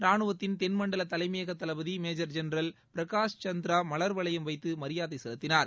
ராணுவத்தின் தென்மண்டல தலைமயக தளபதி மேஜர் ஜெனரல் பிரகாஷ் சந்த்ரா மலர் வளையம் வைத்து மரியாதை செலுத்தினார்